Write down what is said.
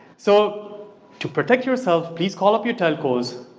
so to protect yourself, please call up your telco's,